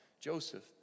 Joseph